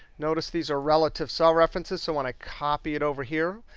notice these are relative cell references. so when i copy it over here,